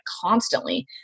constantly